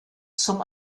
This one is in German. zum